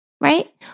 right